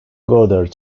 goddard